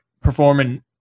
performing